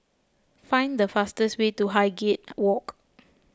find the fastest way to Highgate Walk